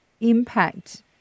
impact